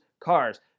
cars